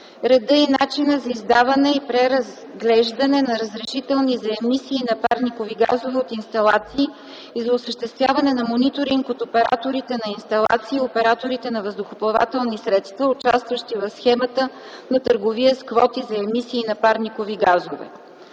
реда и начина за издаване и преразглеждане на разрешителни за емисии на парникови газове от инсталации и за осъществяване на мониторинг от операторите на инсталации и операторите на въздухоплавателни средства, участващи в схемата на търговия с квоти за емисии на парникови газове;